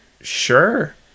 Sure